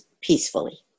peacefully